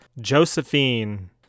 Josephine